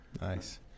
Nice